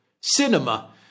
cinema